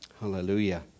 Hallelujah